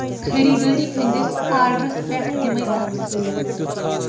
خریدٲری ہندِس آڈرس پیٹھ دِ مے تفصیٖل